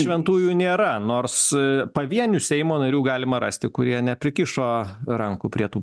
šventųjų nėra nors pavienių seimo narių galima rasti kurie neprikišo rankų prie tų